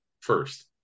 first